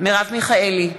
מרב מיכאלי,